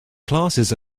classes